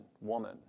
woman